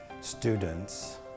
students